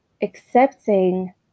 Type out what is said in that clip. accepting